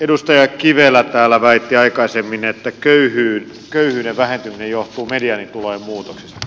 edustaja kivelä täällä väitti aikaisemmin että köyhyyden vähentyminen johtuu mediaanitulojen muutoksesta